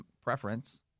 Preference